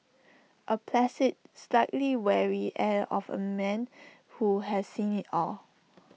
A placid slightly weary air of A man who has seen IT all